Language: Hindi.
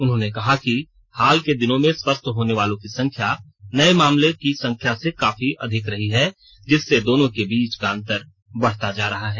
उन्होंने कहा कि हाल के दिनों में स्वस्थ होने वालों की संख्या नए मामलों की संख्या से काफी अधिक रही है जिससे दोनों के बीच अंतर बढ़ता जा रहा है